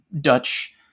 Dutch